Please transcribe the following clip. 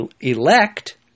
elect